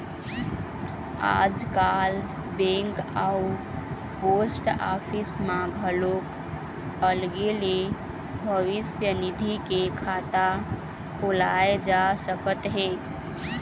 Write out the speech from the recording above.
आजकाल बेंक अउ post office म घलोक अलगे ले भविस्य निधि के खाता खोलाए जा सकत हे